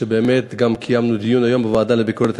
היום קיימנו גם דיון בוועדת לביקורת